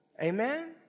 Amen